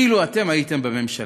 אילו אתם הייתם בממשלה.